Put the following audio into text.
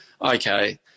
okay